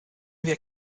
wir